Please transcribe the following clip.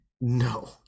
No